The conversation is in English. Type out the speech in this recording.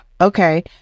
okay